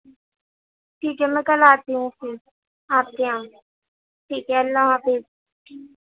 ٹھیک ہے میں کل آتی ہوں اوکے آپ کے یہاں ٹھیک ہے اللہ حافظ